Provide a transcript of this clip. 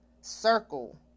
circle